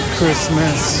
Christmas